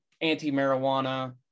anti-marijuana